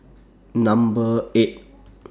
Number eight